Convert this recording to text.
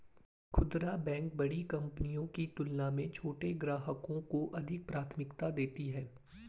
खूदरा बैंक बड़ी कंपनियों की तुलना में छोटे ग्राहकों को अधिक प्राथमिकता देती हैं